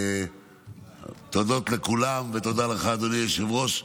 תודות לכולם, ותודה לך, אדוני היושב-ראש.